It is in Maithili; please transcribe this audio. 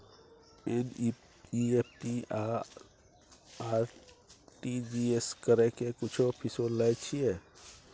एन.ई.एफ.टी आ आर.टी.जी एस करै के कुछो फीसो लय छियै?